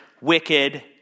wicked